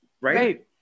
right